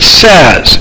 says